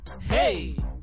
Hey